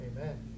amen